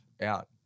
out